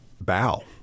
bow